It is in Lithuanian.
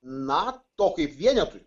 nato kaip vienetui